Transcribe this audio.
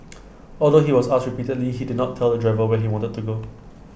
although he was asked repeatedly he did not tell the driver where he wanted to go